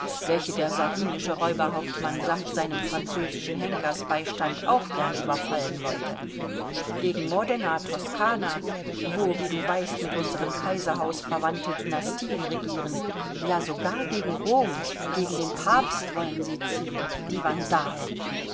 welche der sardinische räuberhauptmann samt seinem französischen henkersbeistand auch gern überfallen wollten gegen modena toskana wo wie du weißt mit unserem kaiserhaus verwandte dynastien regieren ja sogar gegen rom gegen den papst wollen sie ziehen die vandalen